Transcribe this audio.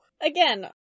again